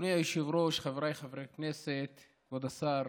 אדוני היושב-ראש, חבריי חברי הכנסת, כבוד השר,